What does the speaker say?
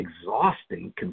exhausting